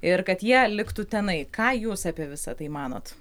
ir kad jie liktų tenai ką jūs apie visa tai manot